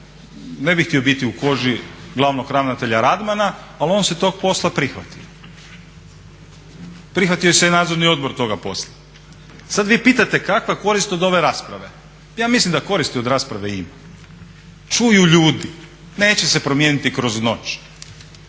ne bih htio biti u koži glavnog ravnatelja Radmana ali on se tog posla prihvatio. Prihvatio se i nadzorni odbor toga posla. A sada vi pitate kakva korist od ove rasprave. Ja mislim da koristi od rasprave ima. Čuju ljudi, neće se promijeniti kroz noć.